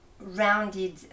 rounded